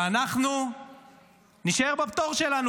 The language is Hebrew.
ואנחנו נישאר בפטור שלנו,